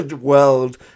world